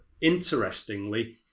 interestingly